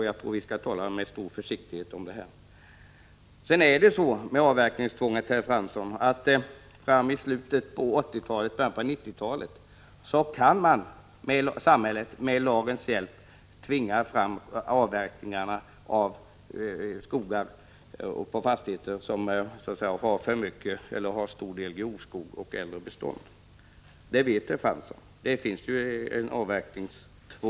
Vad så gäller frågan om avverkningstvånget, Jan Fransson, kommer man i slutet av 1980-talet eller i början av 1990-talet med lagens hjälp att kunna tvinga fram avverkning av skogar på fastigheter som har en stor del grov skog och äldre bestånd. Det känner Jan Fransson till.